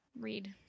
Read